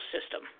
system